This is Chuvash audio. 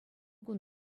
кун